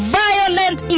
violent